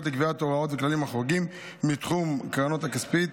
לקביעת הוראות וכללים החורגים מתחום הקרנות הכספיות